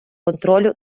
контролю